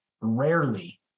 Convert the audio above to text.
rarely